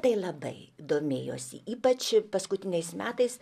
tai labai domėjosi ypač paskutiniais metais